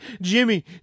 Jimmy